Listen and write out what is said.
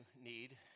need